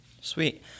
Sweet